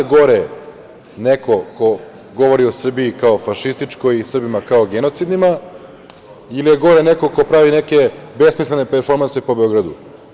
Da li je gore neko ko govori o Srbiji kao fašističkoj i Srbima kao genocidnima, ili je gore neko ko pravi neke besmislene performanse po Beogradu?